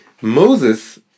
Moses